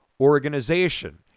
organization